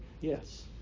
yes